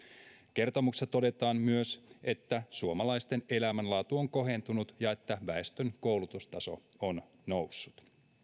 kertomuksessa todetaan myös että suomalaisten elämänlaatu on kohentunut ja että väestön koulutustaso on noussut